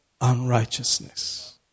unrighteousness